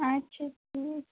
আচ্ছা হুম